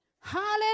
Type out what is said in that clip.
Hallelujah